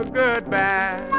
goodbye